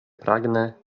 pragnę